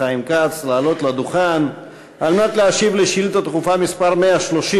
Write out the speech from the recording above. חיים כץ לעלות לדוכן על מנת להשיב על שאילתה דחופה מס' 130